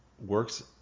works